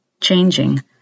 changing